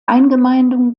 eingemeindung